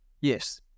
yes